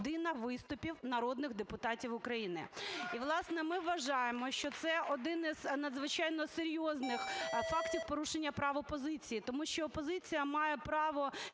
виступів народних депутатів України. І, власне, ми вважаємо, що це один із надзвичайно серйозних фактів порушення прав опозиції, тому що опозиція має право